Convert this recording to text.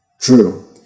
True